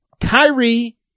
Kyrie